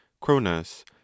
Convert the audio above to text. cronus